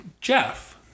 Jeff